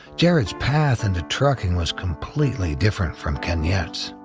jared's path into trucking was completely different from kenyette's.